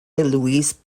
luis